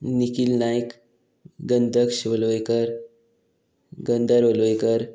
निखील नायक गंधक्ष वलवयकर गंधर वलवयकर